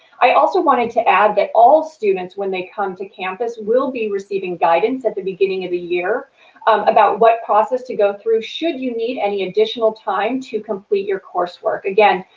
i also wanted to add that all students when they come to campus will be receiving guidance at the beginning of the year about what process to go through should you need any additional time to complete your coursework. again,